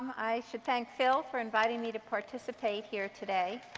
i should thank phil for inviting me to participate here today